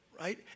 right